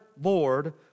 Lord